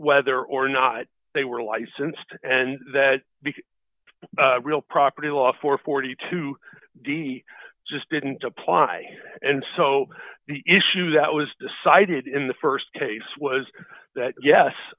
whether or not they were licensed and because real property law for forty two d d just didn't apply and so the issue that was decided in the st case was that yes